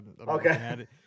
Okay